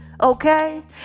okay